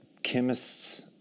chemist's